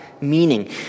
meaning